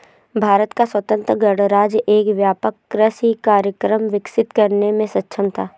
भारत का स्वतंत्र गणराज्य एक व्यापक कृषि कार्यक्रम विकसित करने में सक्षम था